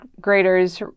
graders